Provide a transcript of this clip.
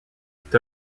est